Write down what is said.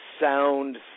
sound